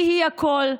היא-היא הכול,